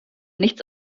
nichts